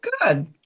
good